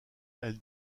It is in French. elle